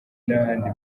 n’ahandi